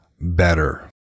better